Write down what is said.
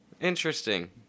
Interesting